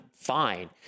fine